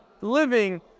living